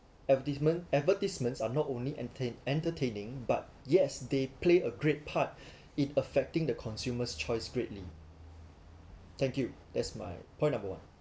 advertisement advertisements are not only entertain~ entertaining but yes they play a great part it affecting the consumers' choice greatly thank you that's my point number one